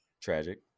tragic